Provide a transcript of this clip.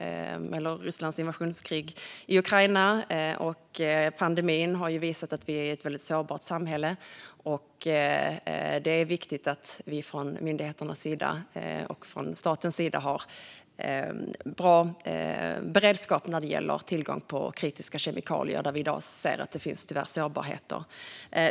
Rysslands invasionskrig i Ukraina och pandemin har visat att vi är ett väldigt sårbart samhälle. Det är viktigt att vi från myndigheternas och statens sida har en bra beredskap när det gäller tillgången på kritiska kemikalier, där vi i dag tyvärr ser att det finns sårbarheter.